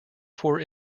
four